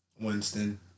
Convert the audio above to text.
Winston